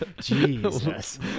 Jesus